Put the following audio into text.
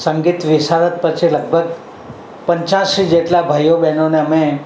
સંગીત વિશારદ પછી લગભગ પંચાસી જેટલા ભાઈઓ બહેનોને અમે